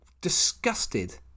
disgusted